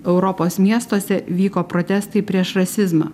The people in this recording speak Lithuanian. europos miestuose vyko protestai prieš rasizmą